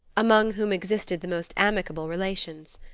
among whom existed the most amicable relations.